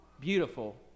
beautiful